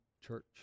church